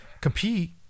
compete